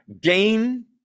Gain